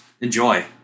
Enjoy